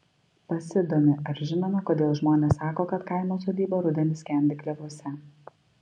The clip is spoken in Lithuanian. pasidomi ar žinome kodėl žmonės sako kad kaimo sodyba rudenį skendi klevuose